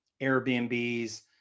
Airbnbs